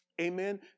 Amen